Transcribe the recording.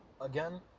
again